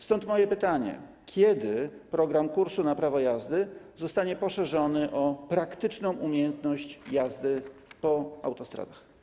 Stąd moje pytanie: Kiedy program kursu na prawo jazdy zostanie poszerzony o praktyczną umiejętność jazdy po autostradach?